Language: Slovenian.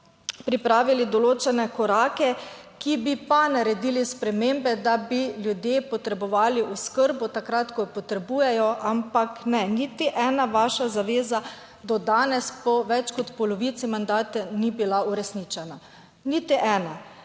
pripravili določene korake, ki bi pa naredili spremembe, da bi ljudje potrebovali oskrbo takrat, ko jo potrebujejo, ampak ne. Niti ena vaša zaveza do danes po več kot polovici mandata ni bila uresničena. Niti ena.